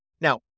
Now